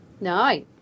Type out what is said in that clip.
No